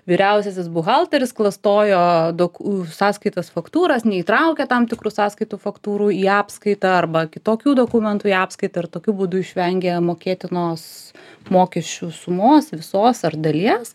vyriausiasis buhalteris klastojo doku sąskaitas faktūras neįtraukė tam tikrų sąskaitų faktūrų į apskaitą arba kitokių dokumentų į apskaitą ir tokiu būdu išvengė mokėtinos mokesčių sumos visos ar dalies